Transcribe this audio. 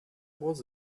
was